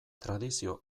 tradizio